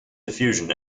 diffusion